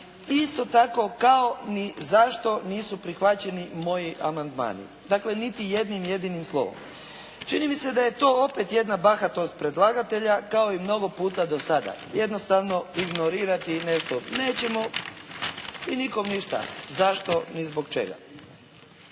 isto tako kao ni zašto nisu prihvaćeni moji amandmani, dakle niti jednim jedinim slovom. Čini mi se da je to opet jedna bahatost predlagatelja kao i mnogo puta do sada, jednostavno ignorirati nešto, nećemo i nikome ništa, zašto ni zbog čega.